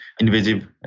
invasive